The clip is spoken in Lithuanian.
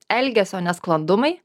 elgesio nesklandumai